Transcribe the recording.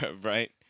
Right